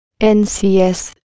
NCS